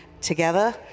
together